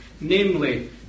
namely